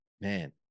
man